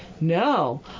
no